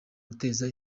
guteza